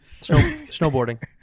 Snowboarding